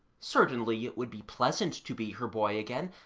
certainly it would be pleasant to be her boy again,